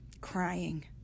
crying